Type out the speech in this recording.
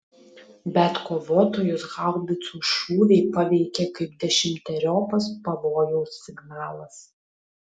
bet kovotojus haubicų šūviai paveikė kaip dešimteriopas pavojaus signalas